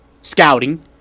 scouting